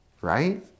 right